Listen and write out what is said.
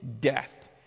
death